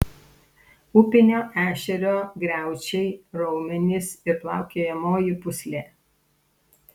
upinio ešerio griaučiai raumenys ir plaukiojamoji pūslė